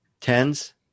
Tens